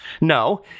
No